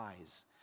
eyes